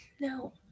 No